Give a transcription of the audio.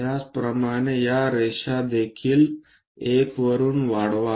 त्याचप्रमाणे या रेषा देखील 1 वरून वाढवा